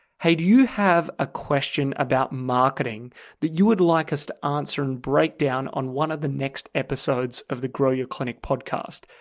hey, do you have a question about marketing that you would like us to answer and break down on one of the next episodes of the grow your clinic podcast?